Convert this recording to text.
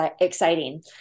exciting